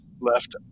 left